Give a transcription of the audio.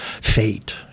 fate